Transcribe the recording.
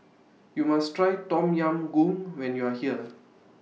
YOU must Try Tom Yam Goong when YOU Are here